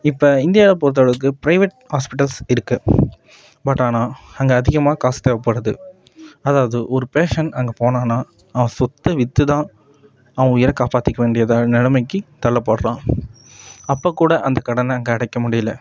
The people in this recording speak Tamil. இப்போ இந்தியாவை பொருத்தளவுக்கு ப்ரைவேட் ஹாஸ்பிட்டல்ஸ் இருக்குது பட் ஆனால் அங்கே அதிகமாக காசு தேவைப்படுது அதாவது ஒரு பேஷண்ட் அங்கே போனானால் அவன் சொத்தை விற்றுதான் அவன் உயிரை காப்பாற்றிக்க வேண்டிய நெலமைக்கு தள்ளப்படுறான் அப்போ கூட அந்த கடனை அங்கே அடைக்க முடியிலை